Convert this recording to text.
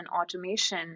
automation